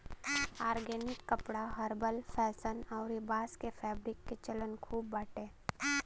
organic कपड़ा herbal fashion अउरी बांस के फैब्रिक के चलन खूब बाटे